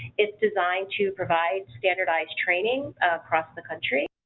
it's designed to provide standardized training across the country